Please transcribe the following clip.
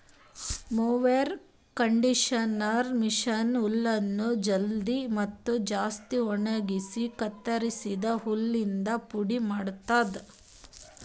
mower conditioner machine ಹುಲ್ಲನ್ನು ಜಲ್ದಿ ಮತ್ತ ಜಾಸ್ತಿ ಒಣಗುಸಿ ಕತ್ತುರಸಿದ ಹುಲ್ಲಿಂದ ಪುಡಿ ಮಾಡ್ತುದ